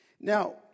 Now